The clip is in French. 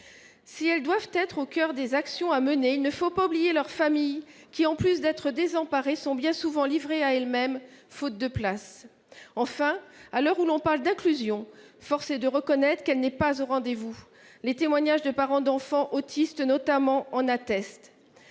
personnes doivent être au cœur des actions à mener, il ne faut pas oublier leurs familles, qui, en plus d’être désemparées, sont bien souvent livrées à elles mêmes faute de place. Enfin, à l’heure où l’on parle d’inclusion, force est de reconnaître que celle ci n’est pas au rendez vous. Les témoignages de parents d’enfants autistes, notamment, en attestent.